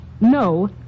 No